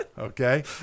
Okay